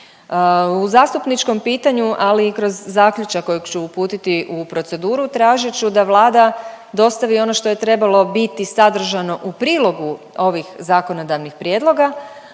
U zastupničkom pitanju ali i kroz zaključak kojeg ću uputiti u proceduru, tražit ću da Vlada dostavi što je trebalo biti sadržano u prilogu ovih zakonodavnih prijedloga,